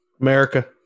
America